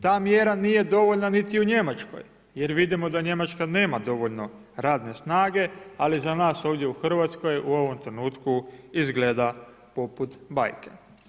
Ta mjera nije dovoljna niti u Njemačkoj jer vidimo da Njemačka nema dovoljno radne snage ali za nas ovdje u Hrvatskoj u ovom trenutku izgleda poput bajke.